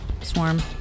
swarm